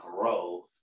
grow